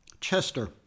Chester